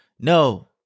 No